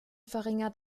verringert